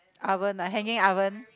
oven I hanging oven